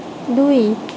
দুই